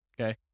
okay